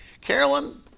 Carolyn